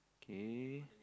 k